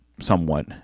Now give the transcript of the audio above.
somewhat